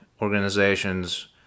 organizations